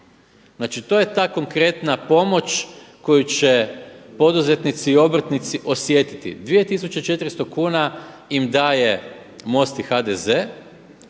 Znači to je ta konkretna pomoć koju će poduzetnici i obrtnici osjetiti. 2400 kuna im daje MOST i HDZ